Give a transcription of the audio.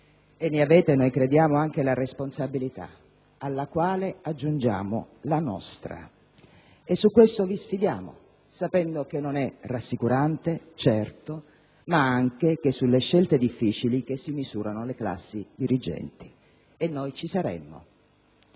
e credo ne abbiate anche la responsabilità, alla quale aggiungiamo la nostra. Su questo terreno vi sfidiamo sapendo che non è rassicurante, certo, ma sapendo anche che è sulle scelte difficili che si misurano le classi dirigenti. E noi ci saremo.